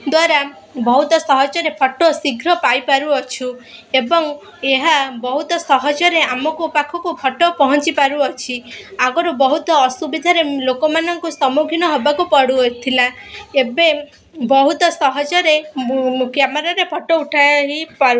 ଦ୍ୱାରା ବହୁତ ସହଜରେ ଫଟୋ ଶୀଘ୍ର ପାଇପାରୁ ଅଛୁ ଏବଂ ଏହା ବହୁତ ସହଜରେ ଆମକୁ ପାଖକୁ ଫଟୋ ପହଞ୍ଚିପାରୁ ଅଛି ଆଗରୁ ବହୁତ ଅସୁବିଧାରେ ଲୋକମାନଙ୍କୁ ସମ୍ମୁଖୀନ ହେବାକୁ ପଡ଼ୁଥିଲା ଏବେ ବହୁତ ସହଜରେ କ୍ୟାମେରାରେ ଫଟୋ ଉଠାହୋଇ ପାରୁ